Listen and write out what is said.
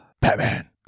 batman